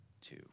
two